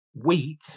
wheat